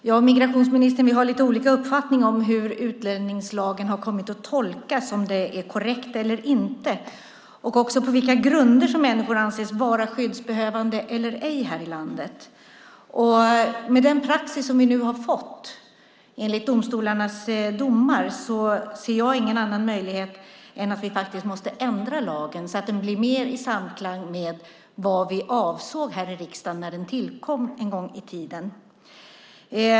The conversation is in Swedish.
Fru talman! Det finns lite olika uppfattningar, migrationsministern, huruvida tolkningen av utlänningslagen är korrekt eller inte och på vilka grunder som människor anses vara skyddsbehövande eller ej i landet. Med den praxis som har kommit fram enligt domstolarnas domar ser jag ingen annan möjlighet än att vi faktiskt måste ändra lagen så att den blir mer i samklang med vad vi avsåg i riksdagen när den tillkom en gång i tiden.